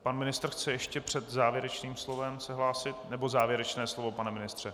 Pan ministr chce ještě před závěrečným slovem se hlásit, nebo závěrečné slovo, pane ministře?